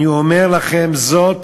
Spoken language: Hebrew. אני אומר לכם זאת